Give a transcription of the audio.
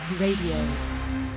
Radio